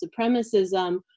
Supremacism